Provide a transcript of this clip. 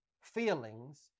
feelings